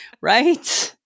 Right